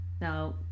Now